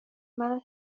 منو